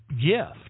gift